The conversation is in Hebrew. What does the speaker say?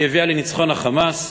היא הביאה לניצחון ה"חמאס",